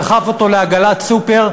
דחף אותו לעגלת סופר,